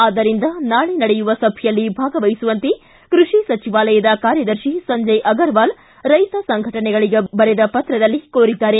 ಆದ್ದರಿಂದ ನಾಳೆ ನಡೆಯುವ ಸಭೆಯಲ್ಲಿ ಭಾಗವಹಿಸುವಂತೆ ಕೃಷಿ ಸಚಿವಾಲಯದ ಕಾರ್ಯದರ್ಶಿ ಸಂಜಯ್ ಅಗರ್ವಾಲ್ ರೈತಸಂಘಟನೆಗಳಿಗೆ ಬರೆದ ಪತ್ರದಲ್ಲಿ ಕೋರಿದ್ದಾರೆ